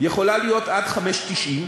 יכולה להיות עד 5.90,